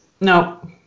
no